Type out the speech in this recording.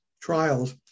trials